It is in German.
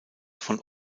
von